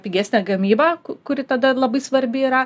pigesnę gamybą ku kuri tada labai svarbi yra